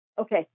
Okay